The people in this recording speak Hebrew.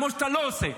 כמו שאתה לא עושה,